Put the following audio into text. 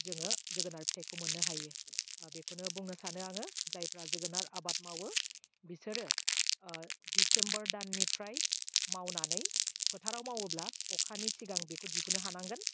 जोङो जोगोनार फिथाइखौ मोननो हायो ओह बेखौनो बुंनो सानो आङो जायफ्रा जोगोनार आबाद मावो बिसोरो ओह डिसेम्बर दाननिफ्राय मावनानै फोथाराव मावोब्ला अखानि सिगां बेखौ दिहुननो हानांगोन